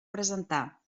presentar